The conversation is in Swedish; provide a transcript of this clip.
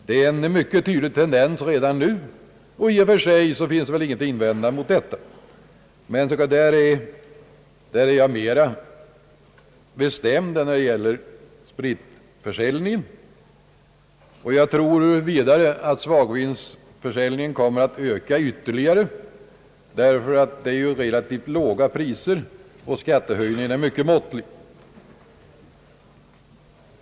Det är en mycket tydlig tendens redan nu, och i och för sig finns väl inget att invända mot det. Men därvidlag är jag mera bestämd än när det gäller spritförsäljningen. Jag tror vidare att svagvinsförsäljningen kommer att öka ytterligare, därför att priserna är relativt låga och skattehöjningen är mycket måttlig.